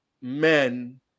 men